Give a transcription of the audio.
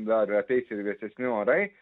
dar ateis ir vėsesni orai